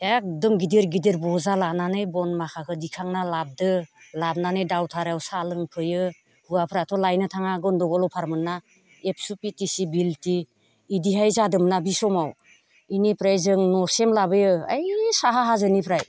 एकदम गिदिर गिदिर बजा लानानै बन माखाखौ दिखांना लाबदो लाबोनानै दावधारायाव साहा लोंफैयो हौवाफ्राथ' लायनो थाङा गन्द'गल अभारमोनना ABSU P T C B L T बिदिहाय जादोंमोन ना बै समाव बेनिफ्राय जों न'सिम लाबोयो ओइ साहा हाजोनिफ्राय